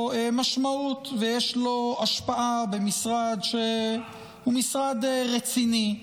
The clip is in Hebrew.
משמעות ויש לו השפעה במשרד שהוא משרד רציני,